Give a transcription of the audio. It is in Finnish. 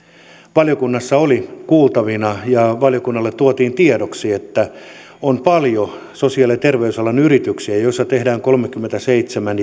valiokunnassa oli kuultavina ja valiokunnalle tuotiin tiedoksi että on paljon sosiaali ja terveysalan yrityksiä joissa tehdään kolmekymmentäseitsemän